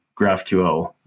GraphQL